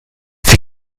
die